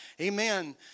Amen